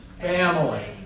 family